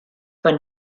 von